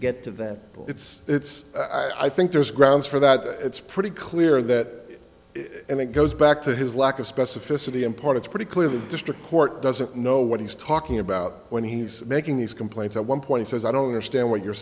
get to that but it's it's i think there's grounds for that it's pretty clear that and it goes back to his lack of specificity in part it's pretty clear the district court doesn't know what he's talking about when he's making these complaints at one point he says i don't understand what you're